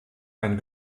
ein